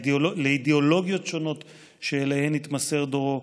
לאידיאולוגיות שונות שאליהן התמסר דורו,